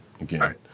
again